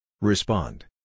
Respond